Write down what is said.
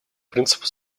принципу